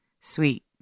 sweet